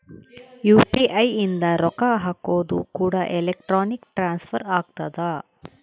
UPI ಇಂದ ರೊಕ್ಕ ಹಕೋದು ಕೂಡ ಎಲೆಕ್ಟ್ರಾನಿಕ್ ಟ್ರಾನ್ಸ್ಫರ್ ಆಗ್ತದ